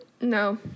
No